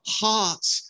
hearts